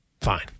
fine